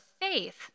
faith